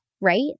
right